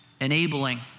enabling